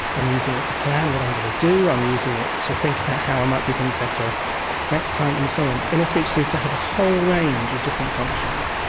i'm using it to plan what i'm going to do, i'm using it to think about how i might do things better next time and so on. inner speech seems to have a whole range of different functions.